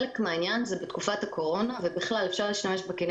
חלק מהעניין זה בתקופת הקורונה ובכלל אפשר להשתמש בכלים